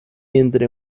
entre